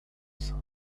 some